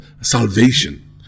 salvation